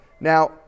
Now